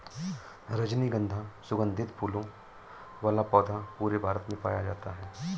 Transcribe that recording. रजनीगन्धा सुगन्धित फूलों वाला पौधा पूरे भारत में पाया जाता है